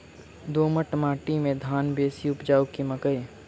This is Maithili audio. दोमट माटि मे धान बेसी उपजाउ की मकई?